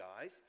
guys